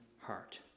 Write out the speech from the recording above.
heart